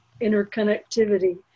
interconnectivity